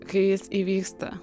kai jis įvyksta